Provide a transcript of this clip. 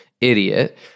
idiot